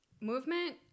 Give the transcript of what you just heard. Movement